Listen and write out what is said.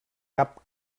cap